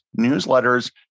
newsletters